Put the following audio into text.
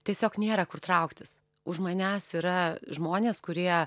tiesiog nėra kur trauktis už manęs yra žmonės kurie